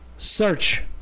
Search